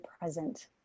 present